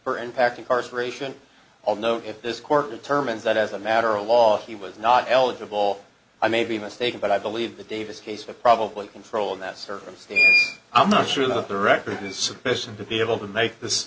for impact incarceration all know if this court determines that as a matter of law he was not eligible i may be mistaken but i believe the davis case have probably controlled that circumstance i'm not sure that the record is sufficient to be able to make this